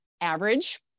average